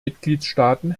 mitgliedstaaten